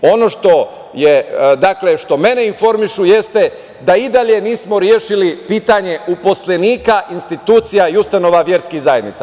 Ono što mene informišu jeste da i dalje nismo rešili pitanje službenika institucija i ustanova verskih zajednica.